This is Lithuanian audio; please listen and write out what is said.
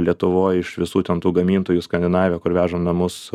lietuvoj iš visų ten tų gamintojų į skandinaviją kur vežam namus